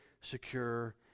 secure